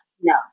no